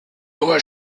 doit